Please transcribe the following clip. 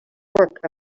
work